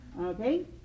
okay